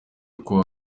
uko